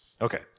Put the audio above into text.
Okay